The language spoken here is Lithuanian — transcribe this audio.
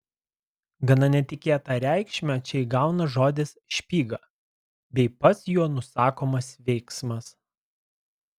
gana netikėtą reikšmę čia įgauna žodis špyga bei pats juo nusakomas veiksmas